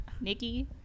Nikki